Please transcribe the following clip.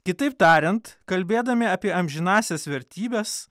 kitaip tariant kalbėdami apie amžinąsias vertybes